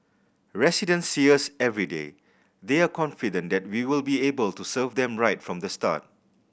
residents see us everyday they are confident that we will be able to serve them right from the start